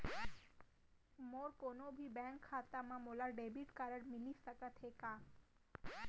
मोर कोनो भी बैंक खाता मा मोला डेबिट कारड मिलिस सकत हे का?